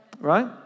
Right